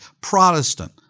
Protestant